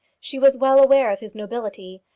she was well aware of his nobility.